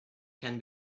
can